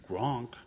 Gronk